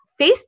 Facebook